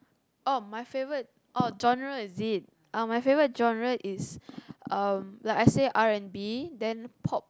oh my favourite oh genre is it oh my favourite genre is um like I said R-and-B then pop